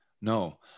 no